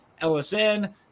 L-S-N